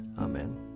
Amen